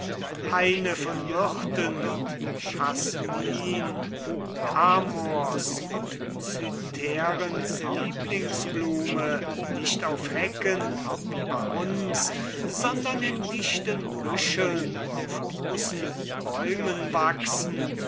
haine von myrten und schasmin amors und cytheräens lieblingsblume nicht auf hecken wie bei uns sondern in dichten büscheln auf großen bäumen wachsend